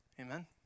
Amen